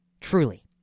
Truly